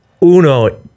uno